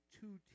two